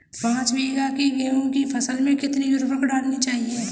पाँच बीघा की गेहूँ की फसल में कितनी उर्वरक डालनी चाहिए?